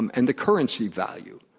and and the currency value.